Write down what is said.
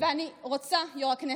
ואני רוצה, יו"ר הישיבה,